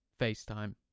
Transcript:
FaceTime